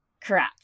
Correct